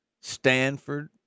Stanford